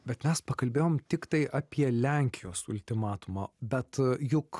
bet mes pakalbėjom tiktai apie lenkijos ultimatumą bet juk